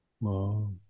Wow